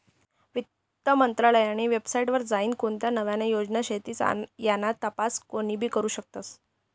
वित्त मंत्रालयनी वेबसाईट वर जाईन कोणत्या नव्या योजना शेतीस याना तपास कोनीबी करु शकस